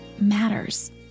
matters